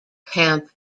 camp